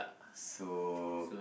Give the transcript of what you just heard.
so